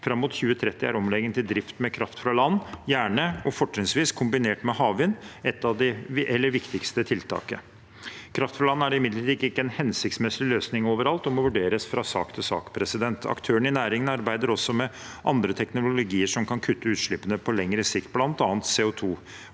Fram mot 2030 er omlegging til drift med kraft fra land, gjerne og fortrinnsvis kombinert med havvind, det viktigste tiltaket. Kraft fra land er imidlertid ikke en hensiktsmessig løsning overalt og må vurderes fra sak til sak. Aktørene i næringen arbeider også med andre teknologier som kan kutte utslippene på lengre sikt, bl.a.